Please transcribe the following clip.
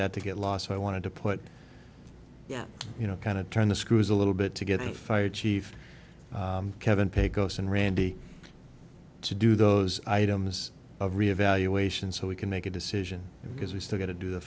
that to get lost so i wanted to put you know kind of turn the screws a little bit to get the fire chief kevin pecos and randy to do those items of reevaluation so we can make a decision because we still got to do the